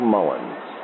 Mullins